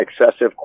excessive